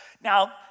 Now